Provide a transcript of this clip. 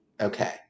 Okay